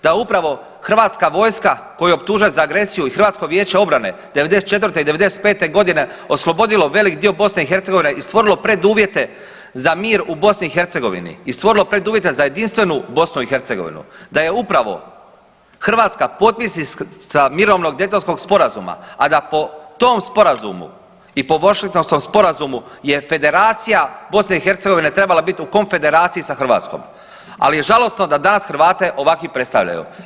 Da upravo hrvatska vojska koju optužuje za agresiju i HVO '94. i '95.g. oslobodilo velik dio BiH i stvorilo preduvjete za mir u BiH i stvorilo preduvjete za jedinstvenu BiH, da je upravo Hrvatska potpisnica mirovnog Dejtonskoga sporazuma, a da po tom sporazumu i po Vašingtonskom sporazumu je Federacija BiH trebala biti u konfederaciji sa Hrvatskom. ali je žalosno da danas Hrvate ovakvi predstavljaju.